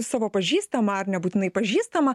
savo pažįstama ar nebūtinai pažįstama